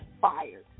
fired